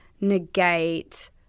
negate